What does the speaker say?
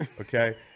Okay